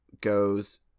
goes